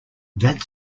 that